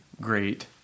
great